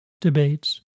debates